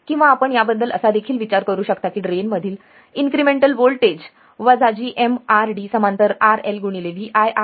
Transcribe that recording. किंवा आपण त्याबद्दल असादेखील विचार करू शकता की ड्रेन मधील इन्क्रिमेंटल व्होल्टेज वजा gm RD समांतर RL गुणिले Vi आहे